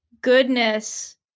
goodness